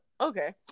okay